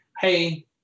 hey